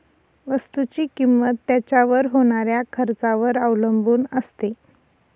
वस्तुची किंमत त्याच्यावर होणाऱ्या खर्चावर अवलंबून असते